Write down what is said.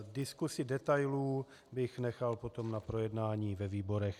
Diskusi detailů bych nechal potom na projednání ve výborech.